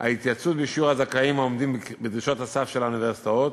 ההתייצבות בשיעור הזכאים העומדים בדרישות הסף של האוניברסיטאות,